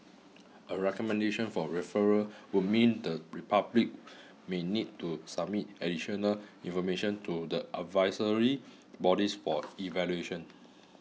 a recommendation for referral would mean the Republic may need to submit additional information to the advisory bodies for evaluation